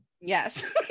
Yes